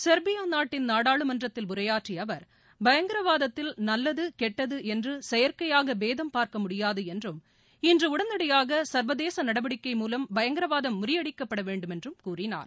Serbia நாட்டின் நாடாளுமன்றத்தில் உரையாற்றிய அவர் பயங்கரவாதத்தில் நல்லது கெட்டது என்று செயற்கையாக பேதம் பார்க்க முடியாது என்றும் இன்று உடனடியாக சள்வதேச நடவடிக்கை மூலம பயங்கரவாதம் முறியடிக்கப்பட வேண்டும் என்றும் கூறினார்